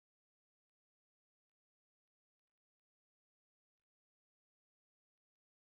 so for me uh ya so the question is what's the biggest similarity and difference